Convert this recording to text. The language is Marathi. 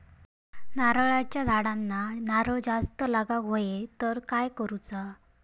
नारळाच्या झाडांना नारळ जास्त लागा व्हाये तर काय करूचा?